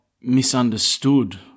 misunderstood